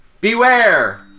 Beware